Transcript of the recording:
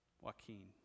Joaquin